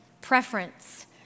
preference